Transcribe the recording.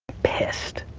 pissed.